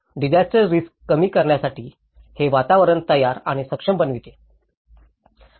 disaster risk कमी करण्यासाठी हे वातावरण तयार आणि सक्षम बनविते